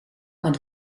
met